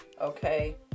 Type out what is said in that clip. okay